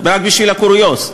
רק בשביל הקוריוז,